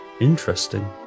Interesting